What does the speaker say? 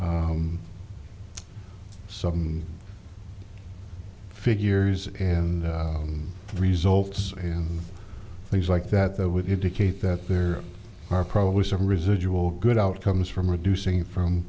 y some figures and results and things like that that would indicate that there are probably some residual good outcomes from reducing from